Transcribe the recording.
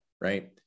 right